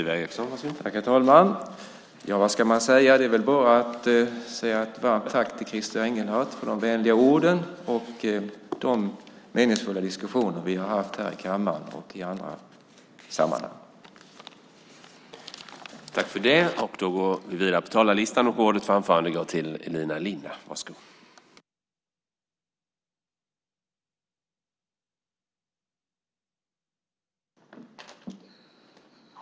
Herr talman! Vad ska man säga? Det är bara att säga ett varmt tack till Christer Engelhardt för de vänliga orden och för de meningsfulla diskussioner som vi haft i kammaren och i andra sammanhang.